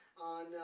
on